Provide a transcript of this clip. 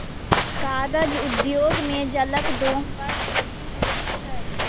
कागज उद्योग मे जलक दोहन बड़ बेसी होइत छै